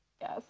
Yes